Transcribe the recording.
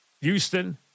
Houston